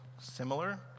similar